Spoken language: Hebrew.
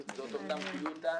זאת אומנם טיוטה,